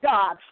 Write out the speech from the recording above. God